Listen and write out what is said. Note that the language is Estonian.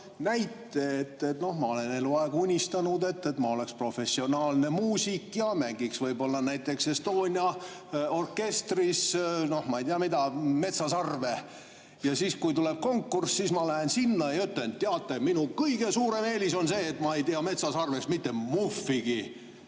näite, et noh, ma olen eluaeg unistanud, et ma oleks professionaalne muusik ja mängiks võib-olla näiteks Estonia orkestris, ma ei tea mida, metsasarve. Ja siis, kui tuleb konkurss, siis ma lähen sinna ja ütlen: "Teate, minu kõige suurem eelis on see, et ma ei tea metsasarvest mitte muhvigi."